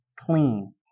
clean